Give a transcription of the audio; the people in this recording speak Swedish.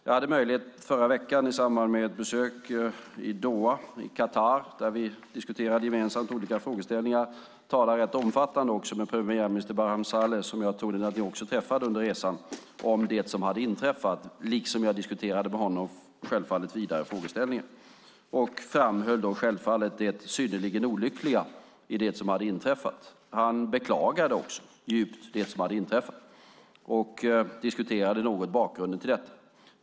Jag hade i förra veckan i samband med ett besök i Doha i Qatar där vi diskuterade olika frågeställningar tala rätt omfattande med premiärminister Barham Saleh, som jag tror att ni också träffade under resan, om det som hade inträffat liksom jag diskuterade med honom vidare frågeställningar. Jag framhöll då det synnerligen olyckliga i det som hade inträffat. Han beklagade också djupt det som hade inträffat och diskuterade något bakgrunden till detta.